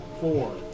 four